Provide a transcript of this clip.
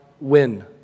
win